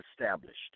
established